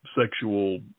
sexual